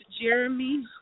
Jeremy